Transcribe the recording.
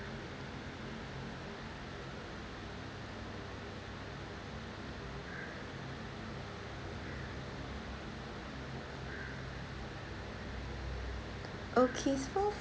okay so